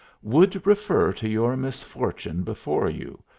would refer to your misfortune before you,